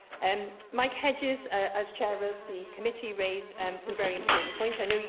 and mike hedges, as chair of the committee, raised and some very important points. i know, yeah